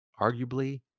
Arguably